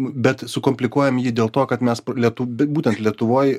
bet sukomplikuojam jį dėl to kad mes lietų bet būtent lietuvoj